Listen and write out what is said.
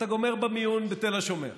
אתה גומר במיון בתל השומר.